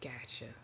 Gotcha